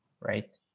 right